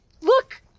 Look